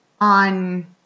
on